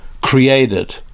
created